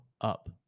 up